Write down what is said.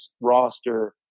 roster